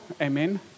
amen